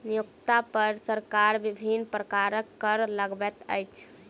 नियोक्ता पर सरकार विभिन्न प्रकारक कर लगबैत अछि